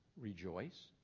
rejoice